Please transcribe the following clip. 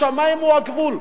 השמים הם הגבול,